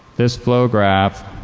this flow graph